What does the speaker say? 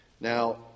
Now